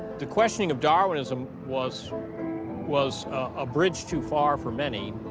the questioning of darwinism was was a bridge too far for many.